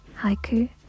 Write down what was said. haiku